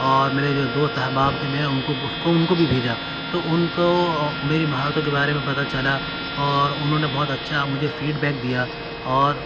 اور میرے جو دوست احباب تھے میں ان کو اس کو ان کو بھی بھیجا تو ان کو میری مہارتوں کے بارے میں پتا چلا اور انہوں نے بہت اچھا مجھے فیڈ بیک دیا اور